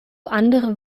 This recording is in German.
andere